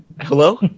Hello